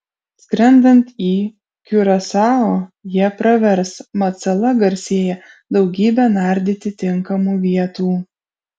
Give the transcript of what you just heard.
skrendant į kiurasao jie pravers mat sala garsėja daugybe nardyti tinkamų vietų